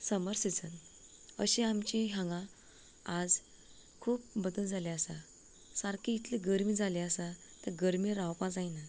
summer season अशी आमची हांगा आज खूब बदल जाल्ले आसा सारकी इतली गर्मी जाले आसा ते गर्मे रावपा जायना